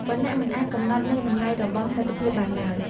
វណ្ណៈមិនអាចកំណត់នូវតម្លៃរបស់មិត្តភាពបានឡើយ។